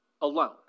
alone